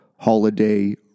Holiday